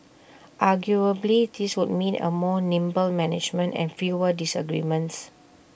arguably this would mean A more nimble management and fewer disagreements